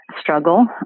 struggle